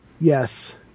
yes